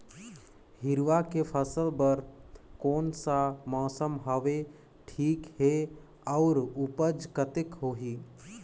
हिरवा के फसल बर कोन सा मौसम हवे ठीक हे अउर ऊपज कतेक होही?